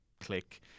click